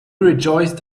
rejoiced